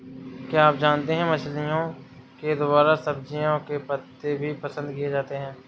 क्या आप जानते है मछलिओं के द्वारा सब्जियों के पत्ते भी पसंद किए जाते है